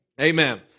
amen